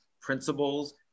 principles